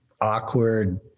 awkward